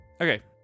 Okay